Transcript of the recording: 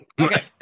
Okay